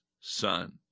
Son